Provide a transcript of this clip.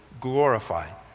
glorified